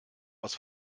aus